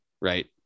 right